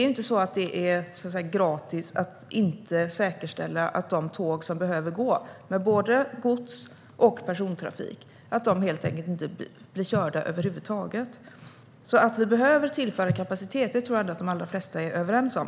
Det är nämligen inte gratis att inte säkerställa trafiken för de tåg som behöver gå, med både gods och persontrafik, och riskera att de helt enkelt inte blir körda över huvud taget. Vi behöver alltså tillföra kapacitet. Det tror jag ändå att de allra flesta är övertygade om.